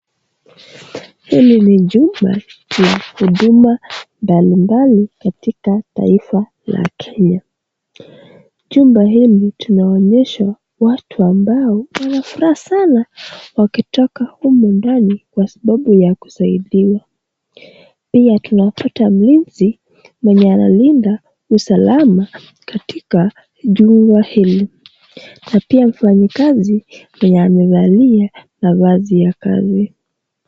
Hili ni jumba la huduma mbali mbali katika taifa la Kenya. Jumba hili tunaonyeshwa watu ambao wana furaha sana wakitoka huku ndani kwa sababu ya kusaidiwa, pia tunakuta mlinzi mwenye analinda usalama katika jumba hili na pia mfanyikazi mwenye amevalia mavazi ya kazi.